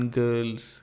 girls